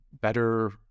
better